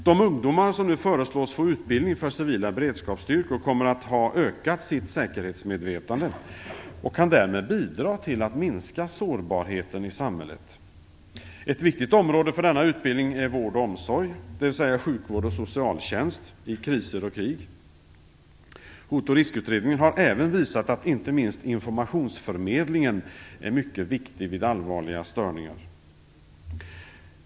De ungdomar som nu föreslås få utbildning för civila beredskapsstyrkor kommer att ha ökat sitt säkerhetsmedvetande och kan därmed bidra till att minska sårbarheten i samhället. Ett viktigt område för denna utbildning är vård och omsorg, dvs. sjukvård och socialtjänst i kriser och krig. Hot och riskutredningen har även visat att inte minst informationsförmedlingen är mycket viktig vid allvarliga störningar.